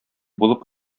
булып